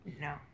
No